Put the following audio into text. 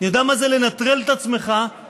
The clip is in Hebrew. יודע מה זה לנטרל את עצמך מהחיים,